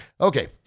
Okay